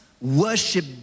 worship